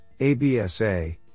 ABSA